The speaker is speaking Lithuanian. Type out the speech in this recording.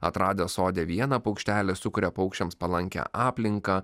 atradę sode viena paukštelį sukuria paukščiams palankią aplinką